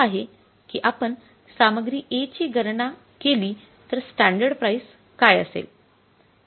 तर याचा अर्थ असा आहे की आपण सामग्री A ची गणना केली तर स्टॅंडर्ड प्राईस काय असेल